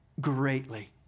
greatly